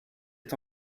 est